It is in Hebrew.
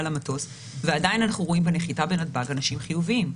למטוס ועדיין אנחנו רואים בנחיתה בנתב"ג אנשים חיוביים.